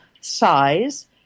size